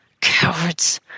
Cowards